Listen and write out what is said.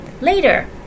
later